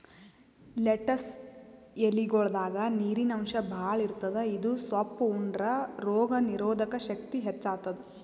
lettuce ಎಲಿಗೊಳ್ದಾಗ್ ನೀರಿನ್ ಅಂಶ್ ಭಾಳ್ ಇರ್ತದ್ ಇದು ಸೊಪ್ಪ್ ಉಂಡ್ರ ರೋಗ್ ನೀರೊದಕ್ ಶಕ್ತಿ ಹೆಚ್ತಾದ್